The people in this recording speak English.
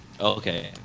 okay